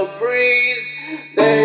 breeze